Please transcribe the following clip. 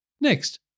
Next